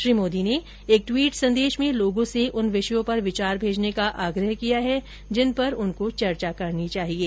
श्री मोदी ने एक ट्वीट संदेश में लोगों से उन विषयों पर विचार भेजने का आग्रह किया है जिन पर उनको चर्चा करनी चाहिये